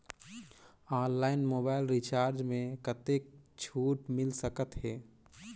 Online mobile recharge मे कतेक छूट मिल सकत हे?